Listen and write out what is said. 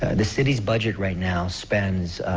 the city's budget right now spends,